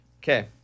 Okay